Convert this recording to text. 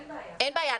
אין בעיה.